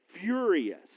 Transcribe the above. furious